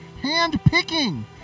hand-picking